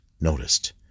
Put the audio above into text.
noticed